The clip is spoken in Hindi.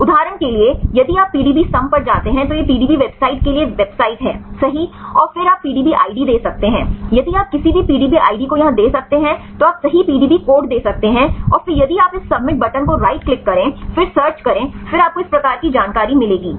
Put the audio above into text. उदाहरण के लिए यदि आप PDBसम पर जाते हैं तो यह पीडीबी वेबसाइट के लिए वेबसाइट है सही और फिर आप पीडीबी आईडी दे सकते हैं यदि आप किसी भी पीडीबी आईडी को यहां दे सकते हैं तो आप सही पीडीबी कोड दे सकते हैं और फिर यदि आप इस सबमिट बटन को राइट क्लिक करें फिर सर्च करें फिर आपको इस प्रकार की जानकारी मिलेगी